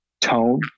tone